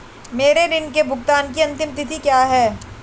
मेरे ऋण के भुगतान की अंतिम तिथि क्या है?